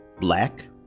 Black